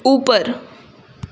اوپر